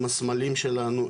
עם הסמלים שלנו,